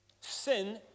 Sin